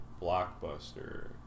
blockbuster